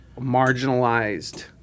marginalized